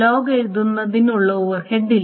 log എഴുതുന്നതിനുള്ള overhead ഇല്ല